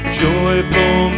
joyful